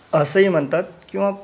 असंही म्हणतात किंवा